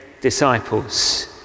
disciples